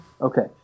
Okay